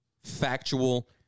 factual